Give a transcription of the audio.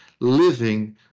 living